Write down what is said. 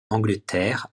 angleterre